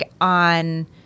on